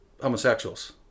homosexuals